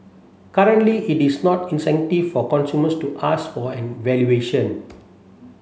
currently it is not incentive for consumers to ask for an evaluation